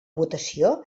votació